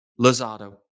Lozado